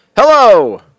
Hello